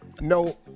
No